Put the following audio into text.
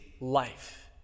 life